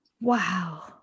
Wow